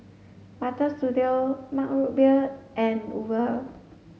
Butter Studio Mug Root Beer and Uber